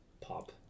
Pop